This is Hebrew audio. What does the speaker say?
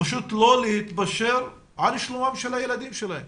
לא להתפשר על שלומם של הילדים שלהם